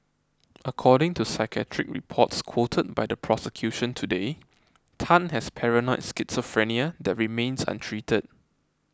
according to psychiatric reports quoted by the prosecution today Tan has paranoid schizophrenia that remains untreated